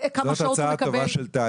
כמה שעות הוא מקבל.